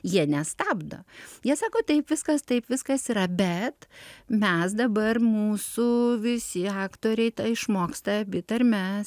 jie nestabdo jie sako taip viskas taip viskas yra bet mes dabar mūsų visi aktoriai išmoksta abi tarmes